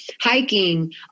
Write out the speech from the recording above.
hiking